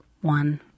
one